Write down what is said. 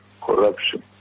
corruption